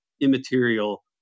immaterial